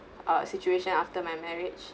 uh situation after my marriage